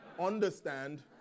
Understand